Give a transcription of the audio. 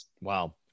wow